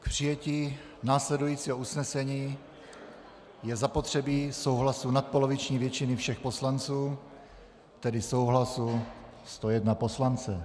K přijetí následujícího usnesení je zapotřebí souhlasu nadpoloviční většiny všech poslanců, tedy souhlasu 101 poslance.